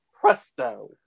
Presto